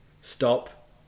Stop